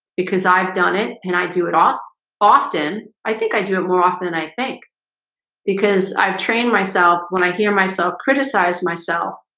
because i've done it and i do it all often. i think i do it more often, and i think because i've trained myself when i hear myself criticize myself,